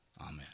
Amen